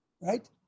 right